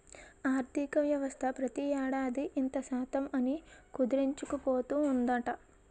ఆర్థికవ్యవస్థ ప్రతి ఏడాది ఇంత శాతం అని కుదించుకుపోతూ ఉందట